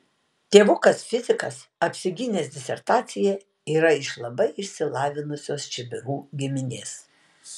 tėvukas fizikas apsigynęs disertaciją yra iš labai išsilavinusios čibirų giminės